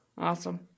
Awesome